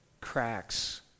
cracks